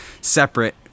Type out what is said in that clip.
separate